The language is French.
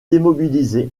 démobilisé